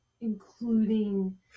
including